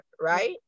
right